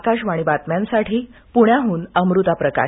आकाशवाणी बातम्यांसाठी पुण्याहून अमृता प्रकाश